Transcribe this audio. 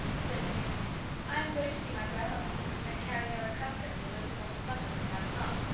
said to him i am going to see my grandmamma and carry her a custard and a little pot of butter from my mamma.